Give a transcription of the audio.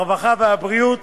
הרווחה והבריאות